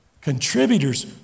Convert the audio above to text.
Contributors